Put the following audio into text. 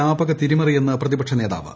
വ്യാപക തിരിമറിയെന്ന് പ്രതിപക്ഷ നേതാവ്